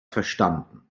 verstanden